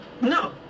No